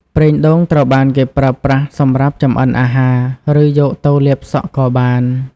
ប្រេងដូងត្រូវបានគេប្រើប្រាស់សម្រាប់ចម្អិនអាហារ ឬយកទៅលាបសក់ក៏បាន។